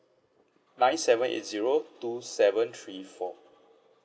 nine seven eight zero two seven three four